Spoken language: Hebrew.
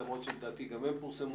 למרות שלדעתי גם הם פורסמו